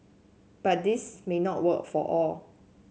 but this may not work for all